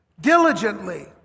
diligently